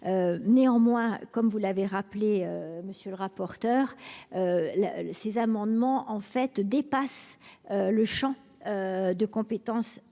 Néanmoins, comme vous l'avez rappelé, monsieur le rapporteur, ces amendements dépassent le champ des compétences